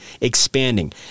Expanding